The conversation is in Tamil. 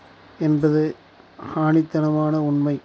என்பது ஆணித்தனமான உண்மை